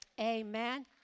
Amen